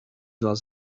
was